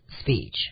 speech